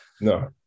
No